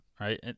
right